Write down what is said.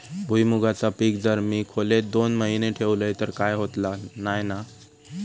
भुईमूगाचा पीक जर मी खोलेत दोन महिने ठेवलंय तर काय होतला नाय ना?